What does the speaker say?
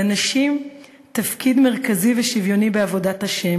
לנשים תפקיד מרכזי ושוויוני בעבודת ה',